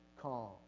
calm